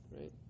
right